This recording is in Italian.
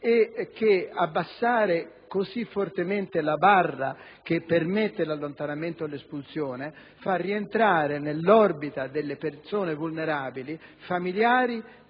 e che abbassare così fortemente la soglia che permette l'allontanamento o l'espulsione fa rientrare nell'orbita delle persone vulnerabili familiari